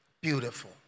Beautiful